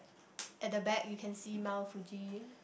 at the back you can see Mount-Fuji